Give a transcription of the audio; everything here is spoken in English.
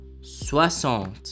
soixante